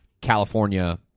California